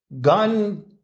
Gun